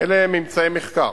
אלה הם ממצאי מחקר.